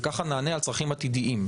וככה נענה על צרכים עתידיים.